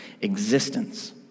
existence